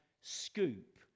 scoop